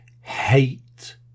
hate